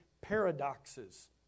paradoxes